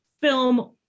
film